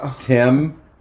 Tim